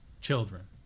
children